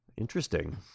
Interesting